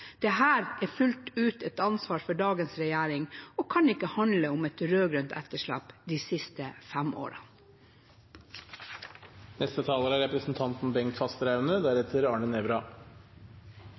er fullt ut et ansvar for dagens regjering, og kan ikke handle om et rød-grønt etterslep de siste fem årene.